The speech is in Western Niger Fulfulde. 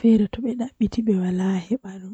anana to bendi sei ajippina.